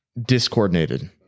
Discoordinated